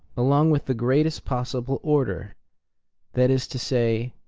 along with the greatest possible order that is to say,